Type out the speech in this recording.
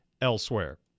elsewhere